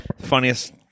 funniest